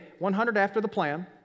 100-after-the-plan